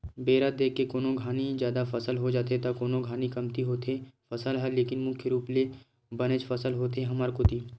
बेरा देख के कोनो घानी जादा फसल हो जाथे त कोनो घानी कमती होथे फसल ह लेकिन मुख्य रुप ले बनेच फसल होथे हमर कोती